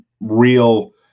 real